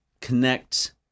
connect